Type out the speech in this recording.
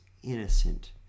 innocent